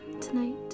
tonight